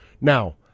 Now